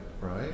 right